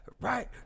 Right